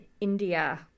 India